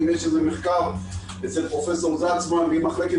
ואם יש איזה מחקר אצל פרופ' זלצמן ואם מחלקת